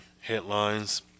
headlines